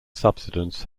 subsidence